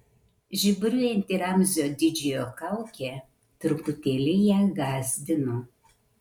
žiburiuojanti ramzio didžiojo kaukė truputėlį ją gąsdino